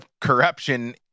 corruption